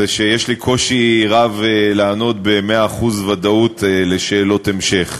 זה שיש לי קושי רב לענות במאה אחוז ודאות על שאלות המשך.